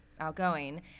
Outgoing